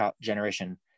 generation